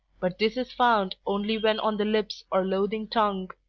but this is found only when on the lips or loathing tongue,